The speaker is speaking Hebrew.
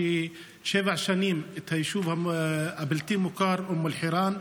שבע שנים: היישוב הבלתי-מוכר אום אלחיראן.